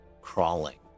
crawling